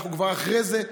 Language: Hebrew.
אנחנו כבר אחרי זה.